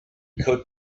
could